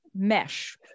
mesh